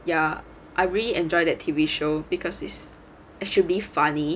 ya I really enjoyed at T_V show because it's actually funny